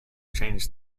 change